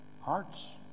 hearts